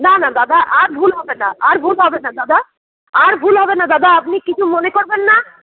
না না দাদা আর ভুল হবে না আর ভুল হবে না দাদা আর ভুল হবে না দাদা আপনি কিছু মনে করবেন না